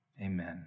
amen